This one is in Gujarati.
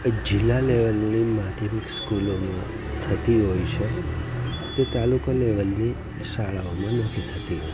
જિલ્લા લેવલની માધ્યમિક સ્કૂલોમાં થતી હોય છે તે તાલુકા લેવલની શાળાઓમાં નથી થતી હોતી